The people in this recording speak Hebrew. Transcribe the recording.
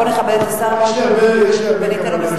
בוא ונכבד את השר וניתן לו לסיים את דבריו.